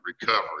recovery